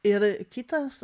ir kitas